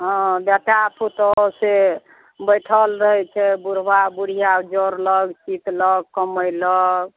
हँ बेटा पुतौह से बैठल रहै छै बुढ़बा बुढ़िआ जोरलक चितलक कमेलक